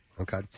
Okay